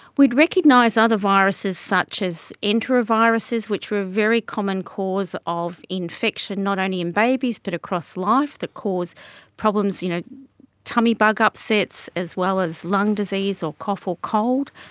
we'd recognise other viruses such as enteroviruses which are very common cause of infection not only in babies but across life that cause problems you know tummy bug upsets as well as lung disease or cough or cold.